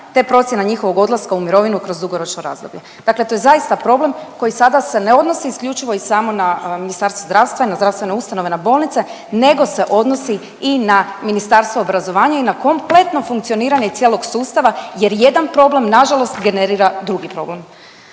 te procjena njihovog odlaska u mirovinu kroz dugoročno razdoblje. Dakle to je zaista problem koji sada se ne odnosi isključivo i samo na Ministarstvo zdravstva, na zdravstvene ustanove, na bolnice, nego se odnosi i na Ministarstvo obrazovanja i na kompletno funkcioniranje cijelog sustava jer jedan problem nažalost generira drugi problem.